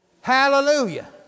Hallelujah